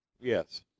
Yes